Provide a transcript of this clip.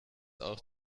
auch